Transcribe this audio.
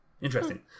Interesting